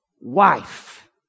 Wife